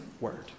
word